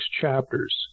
chapters